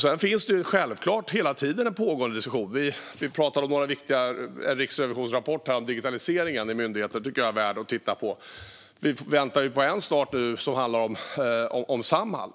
Sedan finns det självklart hela tiden en pågående diskussion. Vi har pratat om en viktig rapport från Riksrevisionen om digitaliseringen i myndigheten. Den tycker jag är värd att titta på. Och vi väntar på en rapport som kommer snart och som handlar om Samhall.